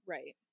Right